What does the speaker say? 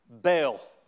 Bail